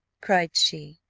cried she,